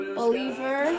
Believer